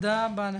תודה רבה לך,